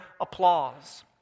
applause